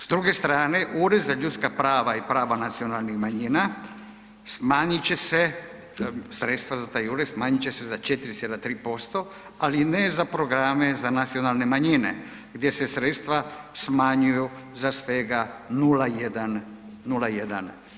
S druge strane Ured za ljudska prava i prava nacionalnih manjina sredstva za taj ured smanjit će se za 4,3%, ali ne za programe za nacionalne manjine gdje se sredstva smanjuju za svega 0,1%